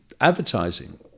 advertising